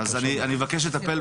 אז אני אבקש לטפל.